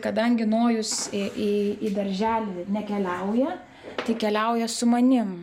kadangi nojus į į darželį nekeliauja tai keliauja su manim